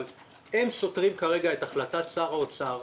אבל הם סותרים כרגע את החלטת שר האוצר,